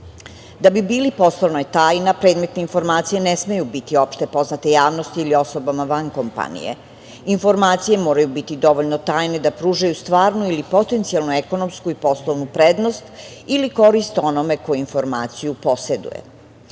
bi bili poslovna tajna, predmetne informacije ne smeju biti opšte poznate javnosti ili osobama van kompanije. Informacije moraju biti dovoljno tajne da pružaju stvarnu ili potencijalnu ekonomsku i poslovnu prednost ili korist onome ko informaciju poseduje. Novim